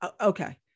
okay